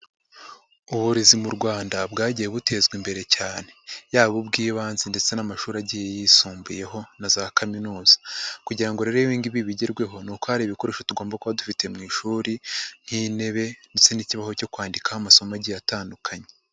Uburezi mu Rwanda bwagiye butezwa imbere cyane, yaba ubw'ibanze ndetse n'amashuri agiye yisumbuyeho na za kaminuza, kugira ngo rero ibi ngibi bigerweho ni uko hari ibikoresho tugomba kuba dufite mu ishuri nk'intebe ndetse n'ikibaho cyo kwandikaho amasomo agiye atandukanye.